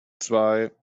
zwei